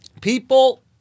people